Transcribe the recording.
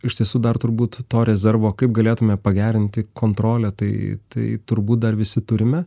iš tiesų dar turbūt to rezervo kaip galėtume pagerinti kontrolę tai tai turbūt dar visi turime